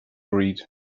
read